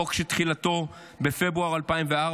חוק שתחילתו בפברואר 2004,